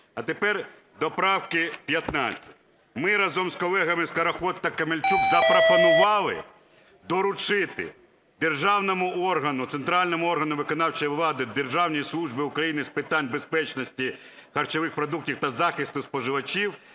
А тепер до правки 15. Ми разом з колегами Скороход та Камельчук запропонували доручити державному органу, центральному органу виконавчої влади – Державній службі України з питань безпечності харчових продуктів та захисту споживачів